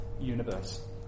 universe